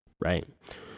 Right